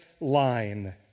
line